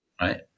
right